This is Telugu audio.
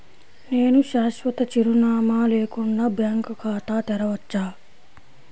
నేను శాశ్వత చిరునామా లేకుండా బ్యాంక్ ఖాతా తెరవచ్చా?